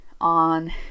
on